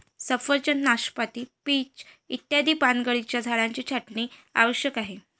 सफरचंद, नाशपाती, पीच इत्यादी पानगळीच्या झाडांची छाटणी आवश्यक आहे